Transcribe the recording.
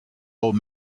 old